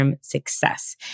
success